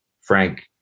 Frank